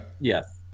Yes